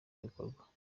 bikorwa